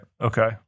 Okay